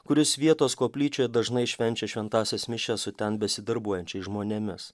kuris vietos koplyčioj dažnai švenčia šventąsias mišias su ten besidarbuojančiais žmonėmis